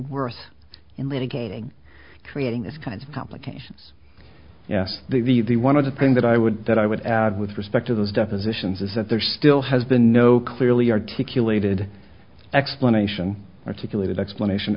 worth in litigating creating these kinds of complications yes the one of the things that i would that i would add with respect to those depositions is that there still has been no clearly articulated explanation articulated explanation